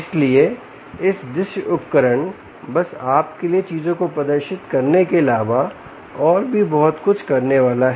इसलिए इस दृश्य उपकरण बस आप के लिए चीजों को प्रदर्शित करने के अलावा और भी बहुत कुछ करने वाला है